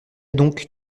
donc